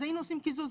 אז היינו עושים קיזוז.